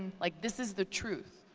like this is the truth.